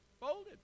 Folded